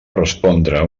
respondre